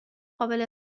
قابل